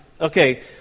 okay